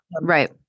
right